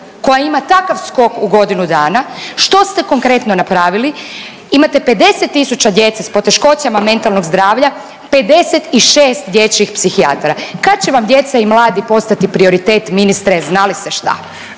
koja ima takav skok u godinu dana? Što ste konkretno napravili? imate 50.000 djece s poteškoćama mentalnog zdravlja, 56 dječjih psihijatara. Kad će vam djeca i mladi postati prioritet ministre zna li se šta?